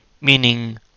Meaning